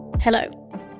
Hello